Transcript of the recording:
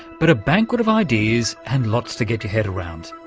but a banquet of ideas and lots to get your head around.